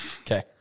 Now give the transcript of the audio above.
Okay